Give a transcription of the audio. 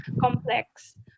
complex